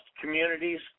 communities